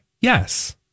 Yes